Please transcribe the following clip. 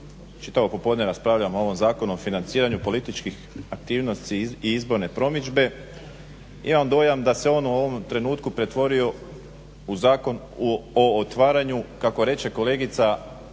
čitavo popodne raspravljamo o ovom Zakonu o financiranju političkih aktivnosti i izborne promidžbe. Imam dojam da se on u ovom trenutku pretvorio u zakon o otvaranju kako reče kolegica